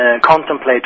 contemplate